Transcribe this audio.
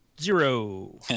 Zero